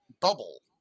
bubble